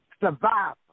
Survive